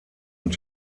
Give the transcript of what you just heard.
und